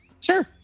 Sure